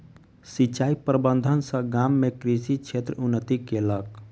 सिचाई प्रबंधन सॅ गाम में कृषि क्षेत्र उन्नति केलक